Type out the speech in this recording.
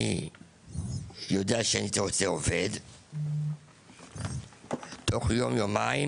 אם הייתי רוצה עובד, תוך יום או יומיים